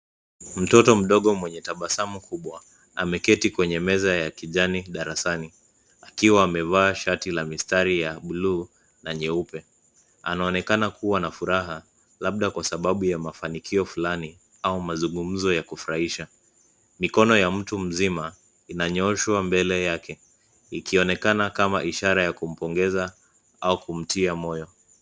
Mtoto mdogo mwenye tabasamu kubwa ameketi kwenye meza ya kijani darasani akiwa amevaa shati la mistari ya buluu na nyeupe. Anaonekana kuwa na furaha, labda kwa sababu ya mafanikio fulani au mazungumzo ya kufurahisha. Mikono ya mtu mzima inanyoroshwa mbele yake, ikionekana kama ishara ya kumpongeza au kumtia moyo.